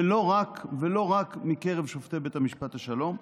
ולא רק מקרב שופטי בית המשפט השלום,